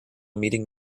meeting